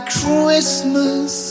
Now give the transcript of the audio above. Christmas